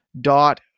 dot